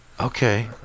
Okay